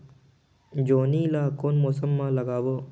जोणी ला कोन मौसम मा लगाबो?